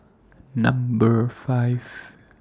Number five